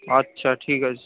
আচ্ছা ঠিক আছে